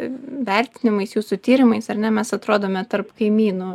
vertinimais jūsų tyrimais ar ne mes atrodome tarp kaimynų